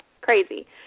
Crazy